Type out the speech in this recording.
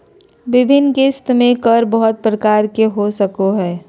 विभिन्न किस्त में कर बहुत प्रकार के हो सको हइ